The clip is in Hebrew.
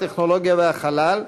הטכנולוגיה והחלל,